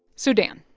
so, dan,